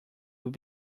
will